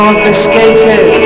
Confiscated